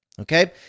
Okay